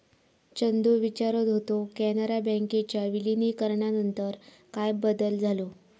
चंदू विचारत होतो, कॅनरा बँकेच्या विलीनीकरणानंतर काय बदल झालो?